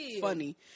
funny